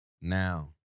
Now